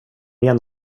igen